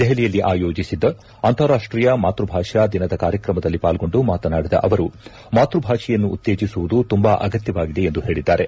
ದೆಹಲಿಯಲ್ಲಿ ಆಯೋಜಿಸಿದ್ದ ಅಂತಾರಾಷ್ಷೀಯ ಮಾತ್ಸ ಭಾಷಾ ದಿನದ ಕಾರ್ಯಕ್ರಮದಲ್ಲಿ ಪಾಲ್ಗೊಂಡು ಮಾತನಾಡಿದ ಅವರು ಮಾತೃ ಭಾಷೆಯನ್ನು ಉತ್ತೇಜಿಸುವುದು ತುಂಬಾ ಅಗತ್ಯವಾಗಿದೆ ಎಂದು ಹೇಳಿದ್ದಾರೆ